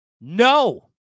No